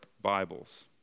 Bibles